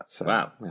Wow